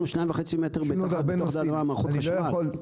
יש לנו 2.5 מטר מתחת לאדמה מערכות חשמל,